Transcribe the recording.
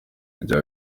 rya